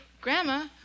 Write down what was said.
Grandma